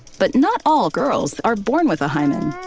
but not all girls are born with a hymen,